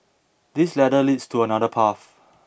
this ladder leads to another path